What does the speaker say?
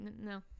No